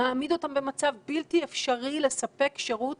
מעמיד אותם במצב בלתי אפשרי לספק שירות